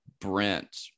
Brent